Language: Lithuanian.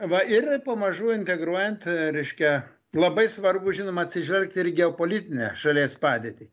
va ir pamažu integruojant reiškia labai svarbu žinoma atsižvelgti ir į geopolitinę šalies padėtį